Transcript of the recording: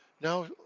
now